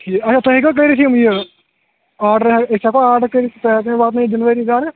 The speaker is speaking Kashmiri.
ٹھیٖک اچھا تُہۍ ہیٚکوا کٔڑِتھ یِم یہِ آرڈَر أسۍ ہٮ۪کو آرڈَر کٔرِتھ تُہۍ اگر واتنٲیِو ڈِلؤری گَرٕ